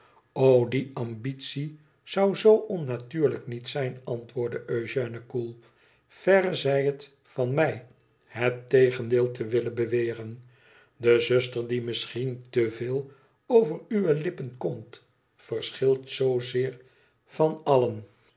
die ambitie zou zoo onnatuurlijk niet zijn antwoordde eugène koel verre zij het van mij het tegendeel te willen beweren de zuster die misschien te veel over uwe lippen komt verschilt zoozeer van allen